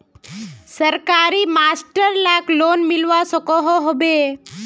सरकारी मास्टर लाक लोन मिलवा सकोहो होबे?